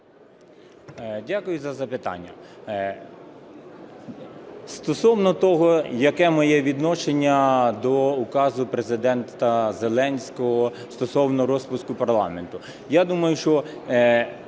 Дякую за запитання. Стосовно того, яке моє відношення до Указу Президента Зеленського стосовно розпуску парламенту. Я думаю, що